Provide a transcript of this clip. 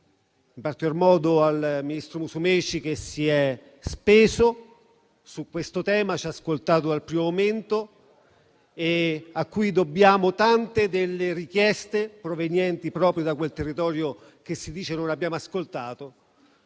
in particolar modo al ministro Musumeci, che si è speso su questo tema, ci ha ascoltato dal primo momento e a cui dobbiamo tante delle richieste provenienti proprio da quel territorio che si dice non abbiamo ascoltato,